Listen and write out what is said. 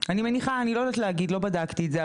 אני מניחה, אני לא יודעת להגיד, לא בדקתי את זה.